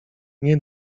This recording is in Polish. nie